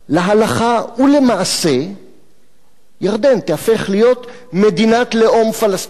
להלכה ולמעשה ירדן תיהפך להיות מדינת לאום פלסטינית.